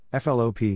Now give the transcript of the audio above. FLOP